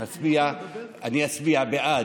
אני אצביע בעד,